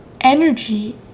energy